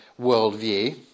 worldview